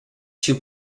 two